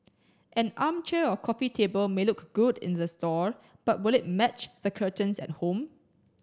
an armchair or coffee table may look good in the store but will it match the curtains at home